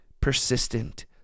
persistent